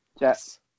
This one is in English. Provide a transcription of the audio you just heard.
yes